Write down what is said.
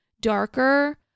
darker